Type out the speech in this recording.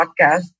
podcast